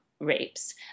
rapes